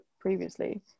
previously